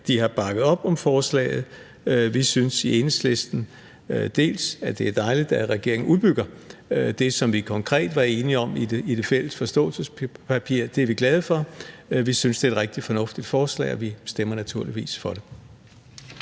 har bakket op om forslaget, og vi synes i Enhedslisten, at det er dejligt, at regeringen udbygger det, som vi konkret var enige om i det fælles forståelsespapir. Det er vi glade for. Vi synes, at det et rigtig fornuftigt forslag, og vi stemmer naturligvis for det.